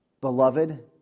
beloved